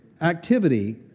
activity